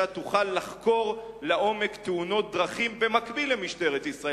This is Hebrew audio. תוכל לחקור לעומק תאונות דרכים במקביל למשטרת ישראל.